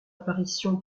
apparition